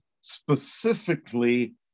specifically